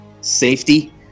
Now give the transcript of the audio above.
safety